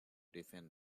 defend